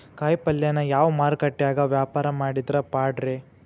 ಕಾಯಿಪಲ್ಯನ ಯಾವ ಮಾರುಕಟ್ಯಾಗ ವ್ಯಾಪಾರ ಮಾಡಿದ್ರ ಪಾಡ್ರೇ?